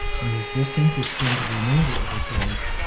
and was destined to spend the remainder of his life,